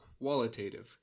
qualitative